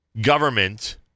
government